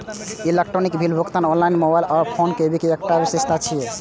electronic bill भुगतान online, mobile आ phone banking के एकटा विशेषता छियै